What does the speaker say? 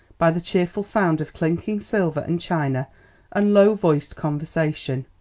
by the cheerful sound of clinking silver and china and low-voiced conversation.